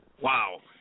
Wow